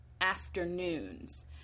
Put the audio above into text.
afternoons